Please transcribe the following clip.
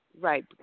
Right